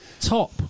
Top